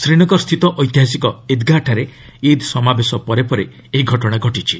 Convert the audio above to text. ଶ୍ରୀନଗରସ୍ଥିତ ଐତିହାସିକ ଇଦ୍ଗାହଠାରେ ଇଦ୍ ସମାବେଶ ପରେ ଏହି ଘଟଣା ଘଟିଛି